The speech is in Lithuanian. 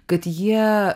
kad jie